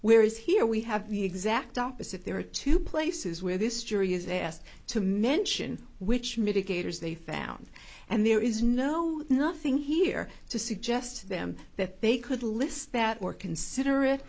whereas here we have the exact opposite there are two places where this jury is asked to mention which mitigators they found and there is no nothing here to suggest to them that they could list that or consider